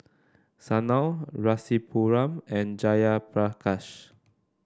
Sanal Rasipuram and Jayaprakash